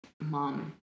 mom